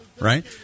right